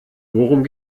worum